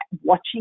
watching